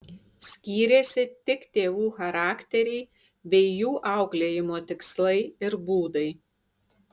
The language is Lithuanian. skyrėsi tik tėvų charakteriai bei jų auklėjimo tikslai ir būdai